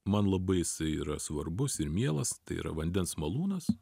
man labai jisai svarbus ir mielas tai yra vandens malūnas